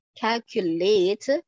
calculate